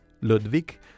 ludwig